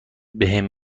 بهم